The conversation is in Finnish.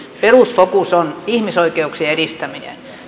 perusfokus on ihmisoikeuksien edistäminen